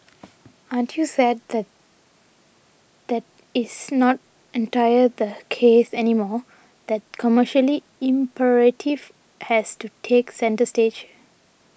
aren't you sad that that is not entirely the case anymore that commercial imperative has to take centre stage